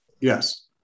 Yes